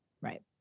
Right